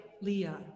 Leah